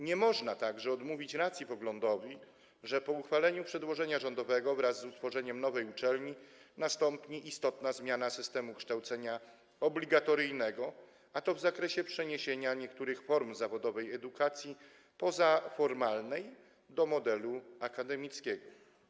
Nie można także odmówić racji poglądowi, że po uchwaleniu przedłożenia rządowego wraz z utworzeniem nowej uczelni nastąpi istotna zmiana systemu kształcenia obligatoryjnego, a to w zakresie przeniesienia niektórych form zawodowej edukacji pozaformalnej do modelu akademickiego.